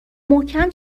محکم